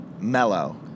mellow